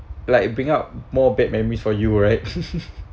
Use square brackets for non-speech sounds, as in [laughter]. like bring up more bad memories for you right [laughs]